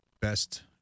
best